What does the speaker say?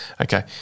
Okay